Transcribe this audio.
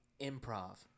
Improv